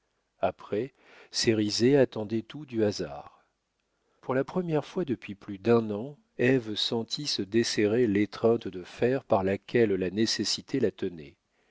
après cérizet attendait tout du hasard pour la première fois depuis plus d'un an ève sentit se desserrer l'étreinte de fer par laquelle la nécessité la tenait